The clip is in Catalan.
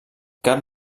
cap